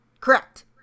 Correct